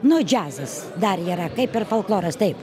nuo džiazas dar yra kaip ir folkloras taip